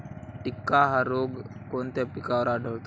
टिक्का हा रोग कोणत्या पिकावर आढळतो?